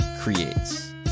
creates